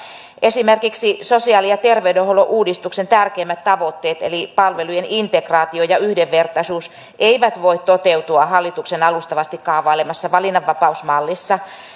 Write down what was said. esimerkiksi sosiaali ja terveydenhuollon uudistuksen tärkeimmät tavoitteet eli palvelujen integraatio ja yhdenvertaisuus eivät voi toteutua hallituksen alustavasti kaavailemassa valinnanvapausmallissa